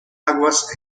aguas